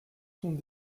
sont